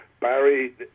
Barry